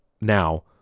now